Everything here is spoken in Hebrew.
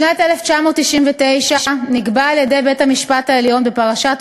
בשנת 1999 נקבע על-ידי בית-המשפט העליון בפרשת